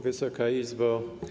Wysoka Izbo!